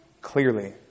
clearly